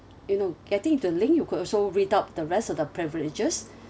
you know getting the link you could also read out the rest of the privileges